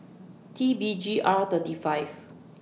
T B G R thirty five